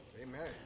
Amen